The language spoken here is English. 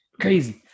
Crazy